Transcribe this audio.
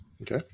Okay